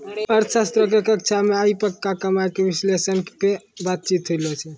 अर्थशास्त्रो के कक्षा मे आइ पक्का कमाय के विश्लेषण पे बातचीत होलै